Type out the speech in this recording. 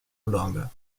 longer